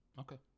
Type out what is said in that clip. Okay